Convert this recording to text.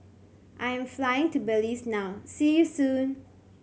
I am flying to Belize now See you soon